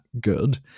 good